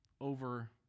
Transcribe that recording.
over